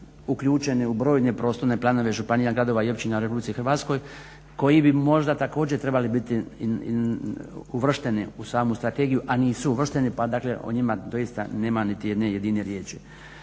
uključeni u brojne prostorne planove županija, gradova i općina u Republici Hrvatskoj koji bi možda također trebali biti uvršteni u samu strategiju a nisu uvršteni, pa dakle o njima doista nema niti jedne jedine